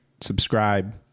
subscribe